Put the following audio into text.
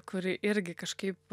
kurį irgi kažkaip